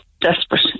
desperate